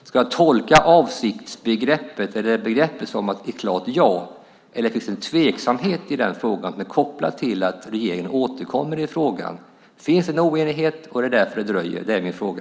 Ska jag tolka denna avsiktsförklaring som ett klart ja, eller finns det någon tveksamhet i detta som är kopplad till att regeringen återkommer i frågan? Finns det oenighet, och är det därför det dröjer? Det är min fråga.